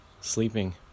sleeping